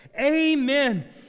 Amen